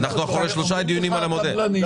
אנחנו אחרי שלושה דיונים על המודל.